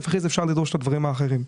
ואחר כך אפשר לדרוש את הדברים האחרים.